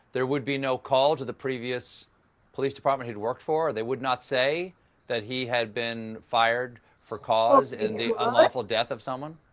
there would be no call to the previous police department he'd worked for? they would not say that he had been fired for cause and the unlawful death of someone?